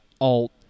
alt